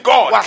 God